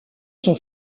son